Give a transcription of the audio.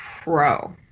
Pro